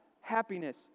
happiness